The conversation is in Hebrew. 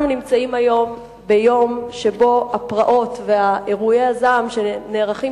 אנחנו נמצאים ביום שבו הפרעות ואירועי הזעם שנערכים